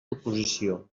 oposició